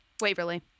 Waverly